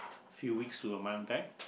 few weeks to a month back